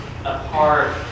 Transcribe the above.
apart